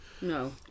No